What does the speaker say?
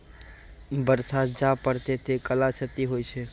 बरसा जा पढ़ते थे कला क्षति हेतै है?